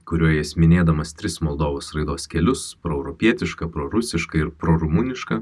kurioj jis minėdamas tris moldovos raidos kelius proeuropietišką prorusišką ir pro rumunišką